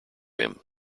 him